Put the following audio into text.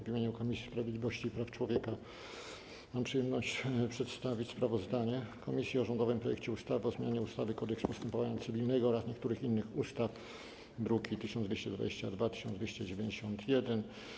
W imieniu Komisji Sprawiedliwości i Praw Człowieka mam przyjemność przedstawić sprawozdanie komisji o rządowym projekcie ustawy o zmianie ustawy - Kodeks postępowania cywilnego oraz niektórych innych ustaw, druki nr 1222 i 1291.